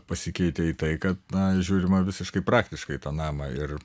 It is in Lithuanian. pasikeitė į tai kad na žiūrima visiškai praktiškai į tą namą ir